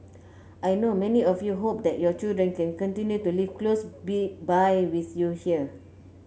I know many of you hope that your children can continue to live close by with you here